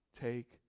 take